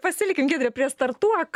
pasilikim giedre prie startuok